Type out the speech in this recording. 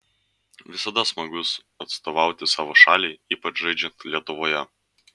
visada smagus atstovauti savo šaliai ypač žaidžiant lietuvoje